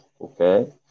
Okay